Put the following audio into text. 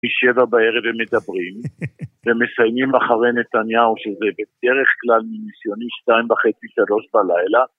משבע בערב הם מדברים. ומסיימים אחרי נתניהו שזה בדרך כלל מניסיוני 2.5-3 בלילה